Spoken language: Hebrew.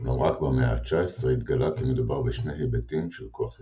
אולם רק במאה ה-19 התגלה כי מדובר בשני היבטים של כוח יחיד.